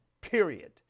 period